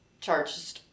charges